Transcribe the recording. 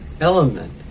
element